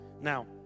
Now